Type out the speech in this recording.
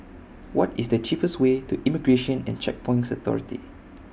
What IS The cheapest Way to Immigration and Checkpoints Authority